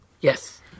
Yes